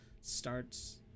starts